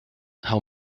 how